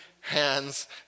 hands